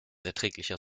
erträglicher